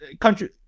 Country